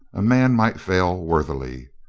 a man might fail worthily.